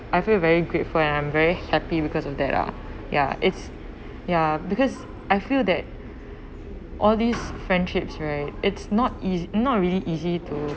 I feel very grateful and I am very happy because of that lah ya it's ya because I feel that all these friendships right it's not eas~ it's not really easy to